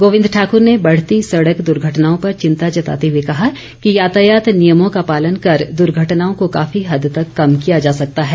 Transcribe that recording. गोविंद ठाकुर ने बढ़ती सड़क दुर्घटनाओं पर चिंता जताते हुए कहा कि यातायात नियमों का पालन कर दुर्घटनाओं को काँफी हद तक कम किया जा सकता है